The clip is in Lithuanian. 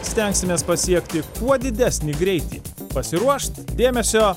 stengsimės pasiekti kuo didesnį greitį pasiruošt dėmesio